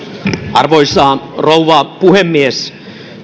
arvoisa rouva puhemies